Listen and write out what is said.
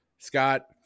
Scott